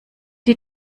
die